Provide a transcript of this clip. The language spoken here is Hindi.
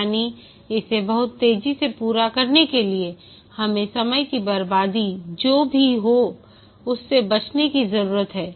यानी इसे बहुत तेजी से पूरा करने के लिए हमें समय की बर्बादी जो भी हो उससे बचने की जरूरत है